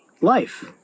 life